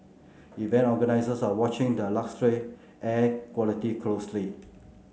event organisers are watching the lacklustre air quality closely